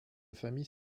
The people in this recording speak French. famille